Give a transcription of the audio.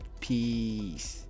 peace